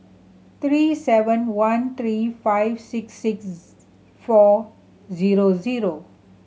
three seven one three five six six four zero zero